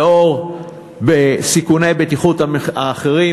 ולאור סיכוני הבטיחות האחרים.